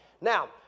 Now